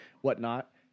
whatnot